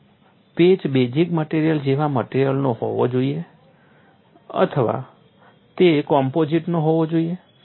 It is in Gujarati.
શું પેચ બેઝ મટિરિયલ જેવા જ મટેરીઅલનો હોવો જોઈએ અથવા તે કમ્પોઝિટનો હોવો જોઈએ